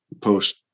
post